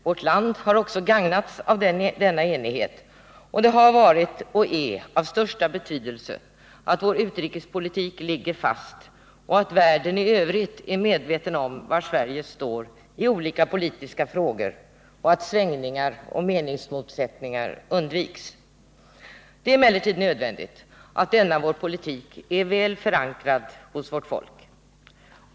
Vårt land har också gagnats av denna enighet, och det har varit och är av största betydelse att vår utrikespolitik ligger fast och att världen i övrigt är medveten om var Sverige står i olika politiska frågor och att svängningar och meningsmotsättningar undviks. Det är emellertid nödvändigt att denna vår politik är väl förankrad hos vårt folk.